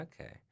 okay